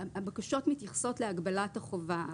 הבקשות מתייחסות להגבלת החובה.